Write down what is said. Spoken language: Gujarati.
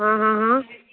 હં હં હં